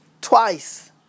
twice